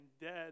dead